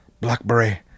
blackberry